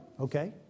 Okay